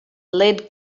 lead